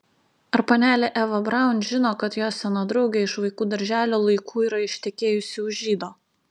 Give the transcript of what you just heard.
ar panelė eva braun žino kad jos sena draugė iš vaikų darželio laikų yra ištekėjusi už žydo